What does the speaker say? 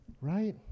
right